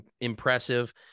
impressive